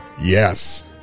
Yes